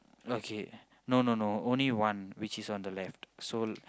okay no no no only one which is on the left so